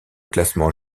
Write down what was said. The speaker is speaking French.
classement